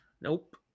Nope